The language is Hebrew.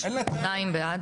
מי נגד?